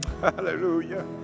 hallelujah